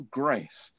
grace